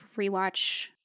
rewatch